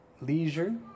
Leisure